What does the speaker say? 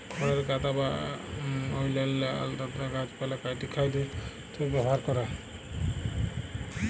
খড়ের গাদা বা অইল্যাল্য লতালা গাহাচপালহা কাইটে গখাইদ্য হিঁসাবে ব্যাভার ক্যরে